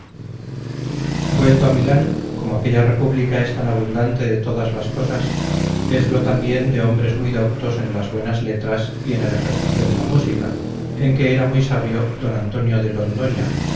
vuelto a milán como aquella república es tan abundante de todas las cosas es lo también de hombres muy doctos en las buenas letras y en el ejercicio de la música en que era muy sabio don antonio de londoña